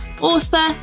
author